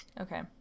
Okay